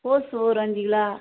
கோஸ் ஒரு அஞ்சு கிலோ